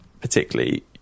particularly